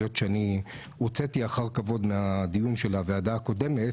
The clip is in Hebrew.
היות שהוצאתי אחר כבוד מהדיון של הוועדה הקודמת